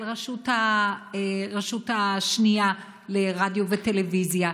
על הרשות השנייה לרדיו וטלוויזיה,